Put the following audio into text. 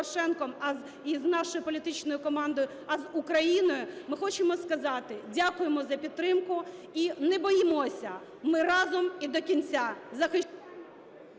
з нашою політичною командою, а з Україною, ми хочемо сказати, дякуємо за підтримку. І не боїмося, ми разом, і до кінця захищаємо…